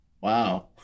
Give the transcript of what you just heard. wow